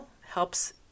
helps